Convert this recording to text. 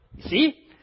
See